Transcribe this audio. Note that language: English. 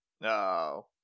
No